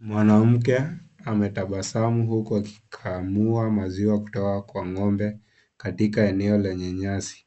Mwanamke, ametabasamu huku akikamua maziwa kutoa kwa ng'ombe katika eneo lenye nyasi.